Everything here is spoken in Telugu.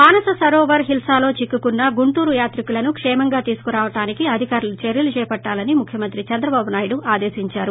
మానస సరోవర్ లో హిల్సాలో చిక్కుకున్న గుంటూరు యాత్రికులను క్షేమంగా తీసుకురావడానికి అధికారులు చర్యలు చెప్పట్టాలని ముఖ్యమంత్రి చంద్రబాబు నాయుడు ఆదేశించారు